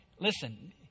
Listen